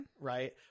Right